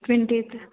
twenty eighth